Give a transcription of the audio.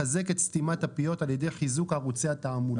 לחזק את סתימת הפיות על ידי חיזוק ערוצי התעמולה.